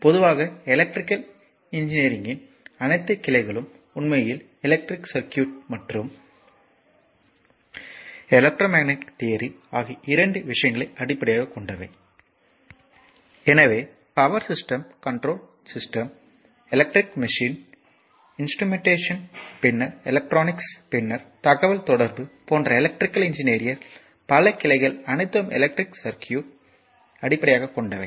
எனவே பொதுவாக electrical engineering இன் அனைத்து கிளைகளும் உண்மையில் எலக்ட்ரிக் சர்க்யூட் தியரி மற்றும் எலெக்ட்ரோமேக்னெட்டிக் தியரி ஆகிய இரண்டு விஷயங்களை அடிப்படையாகக் கொண்டவை எனவே power system control system electric machine instrumentation பின்னர் எலக்ட்ரானிக்ஸ் பின்னர் தகவல் தொடர்பு போன்ற எலக்ட்ரிகல் இன்ஜினீரிங்யில் பல கிளைகள் அனைத்தும் எலக்ட்ரிக் சர்க்யூட் தியரியை அடிப்படையாகக் கொண்டவை